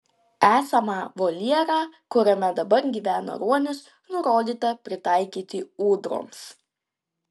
esamą voljerą kuriame dabar gyvena ruonis nurodyta pritaikyti ūdroms